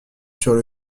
sur